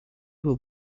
will